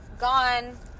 Gone